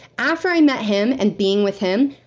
after i met him, and being with him,